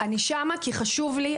אני שם כי חשוב לי.